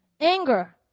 Anger